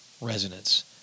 resonance